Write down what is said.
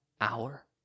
hour